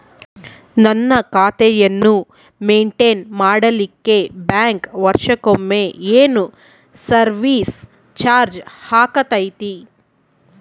ನನ್ನ ಖಾತೆಯನ್ನು ಮೆಂಟೇನ್ ಮಾಡಿಲಿಕ್ಕೆ ಬ್ಯಾಂಕ್ ವರ್ಷಕೊಮ್ಮೆ ಏನು ಸರ್ವೇಸ್ ಚಾರ್ಜು ಹಾಕತೈತಿ?